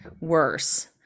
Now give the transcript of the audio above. worse